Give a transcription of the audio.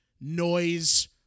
noise